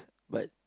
but